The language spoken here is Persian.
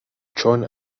چون